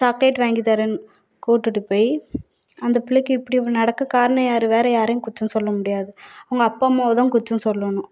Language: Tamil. சாக்கிலேட் வாங்கித்தரேன்னு கூப்பிட்டுட்டு போய் அந்த பிள்ளைக்கு இப்படி ஒன்று நடக்க காரணம் யார் வேறு யாரையும் குற்றம் சொல்ல முடியாது அவங்க அப்பா அம்மாவை தான் குற்றம் சொல்லணும்